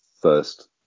first